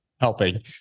helping